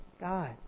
God